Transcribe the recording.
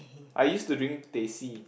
I used to drink teh C